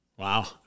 Wow